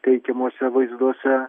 teikiamose vaizduose